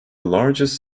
largest